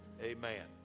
Amen